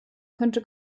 könnte